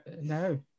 no